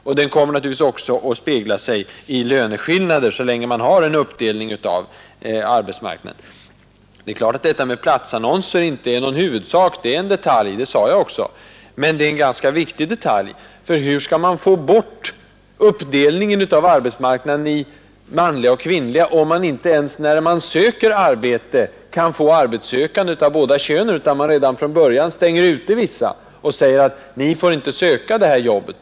Och så länge man har en uppdelning av arbetsmarknaden, kommer den naturligtvis också att avspegla sig i löneskillnader. Det är klart att detta med platsannonser inte är någon huvudsak — det är, som jag också sade, en detalj, men det är en ganska viktig detalj. Hur skall man få bort uppdelningen av arbetsmarknaden i manliga och kvinnliga yrken, om man inte ens kan få arbetssökande av båda könen, utan redan från början stänger ute vissa och säger: ”Ni kan inte söka det här jobbet.